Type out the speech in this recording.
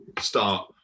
start